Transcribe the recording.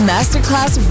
masterclass